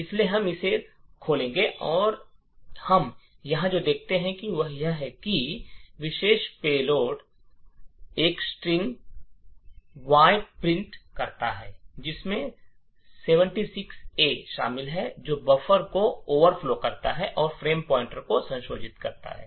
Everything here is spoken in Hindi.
इसलिए हम इसे खोलेंगे और हम यहां जो देखते हैं वह यह है कि यह विशेष पेलोड जनरेटर एक स्ट्रिंग वाई प्रिंट करता है जिसमें 76 ए शामिल है जो बफर को ओवरफ्लो करता है और फ्रेम पॉइंटर को संशोधित करता है